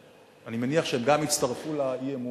אני מניח שהם גם הצטרפו לאי-אמון,